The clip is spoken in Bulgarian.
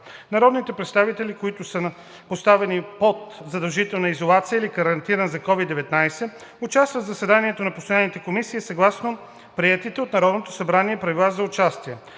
Народните представители, които са поставени под задължителна изолация или карантина за COVID-19, участват в заседанията на постоянните комисии съгласно приетите от Народното събрание правила за участие.